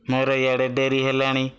ମୋର ଇଆଡ଼େ ଡ଼େରି ହେଲାଣି